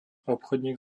obchodník